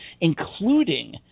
including –